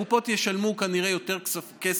הקופות ישלמו כנראה יותר כסף,